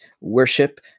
worship